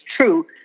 true